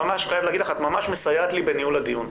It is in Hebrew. את ממש מסייעת לי בניהול הדיון.